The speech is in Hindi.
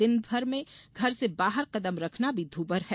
दिन में घर से बाहर कदम रखना भी दूभर है